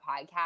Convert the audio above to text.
podcast